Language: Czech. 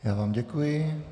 Já vám děkuji.